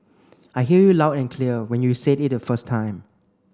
I hear you loud and clear when you said it the first time